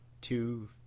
two